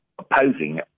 opposing